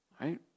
Right